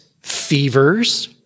fevers